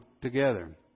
together